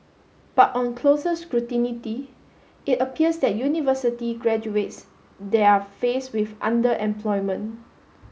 but on closer scrutiny it appears that university graduates there are face with underemployment